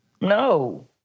No